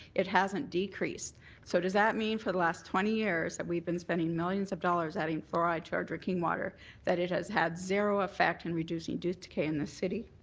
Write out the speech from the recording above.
it hasn't decreased so does that mean for the last twenty years that we've been spending millions of dollars adding fluoride to our drinking water that it has had zero effect in and reducing tooth decay in this city?